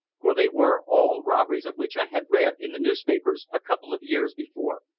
for they were all robberies of which i had read in the newspapers a couple of years before.